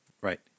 Right